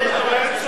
איך אפשר?